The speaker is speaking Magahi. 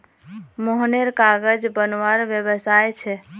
मोहनेर कागज बनवार व्यवसाय छे